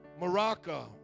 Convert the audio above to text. Morocco